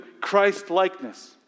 Christ-likeness